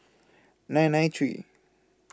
nine nine three